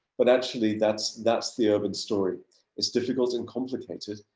but actually, that's that's the urban story is difficult and complicated.